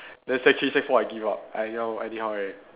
then sec three sec four I give up I anyhow anyhow already